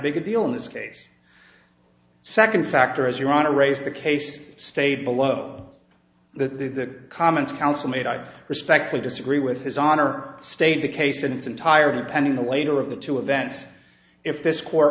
big a deal in this case second factor as you want to raise the case stay below the comments counsel made i respectfully disagree with his honor stated the case in its entirety pending the later of the two events if this court